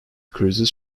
cruises